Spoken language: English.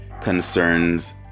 concerns